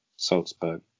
Salzburg